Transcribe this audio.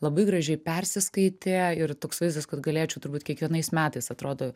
labai gražiai persiskaitė ir toks vaizdas kad galėčiau turbūt kiekvienais metais atrodo